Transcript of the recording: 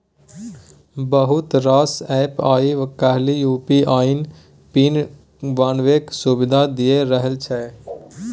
बहुत रास एप्प आइ काल्हि यु.पी.आइ पिन बनेबाक सुविधा दए रहल छै